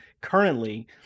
currently